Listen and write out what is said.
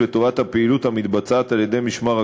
כן, אבל הוא צריך להודיע את זה מראש.